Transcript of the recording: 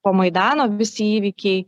po maidano visi įvykiai